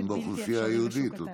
גם באוכלוסייה היהודית אותו דבר.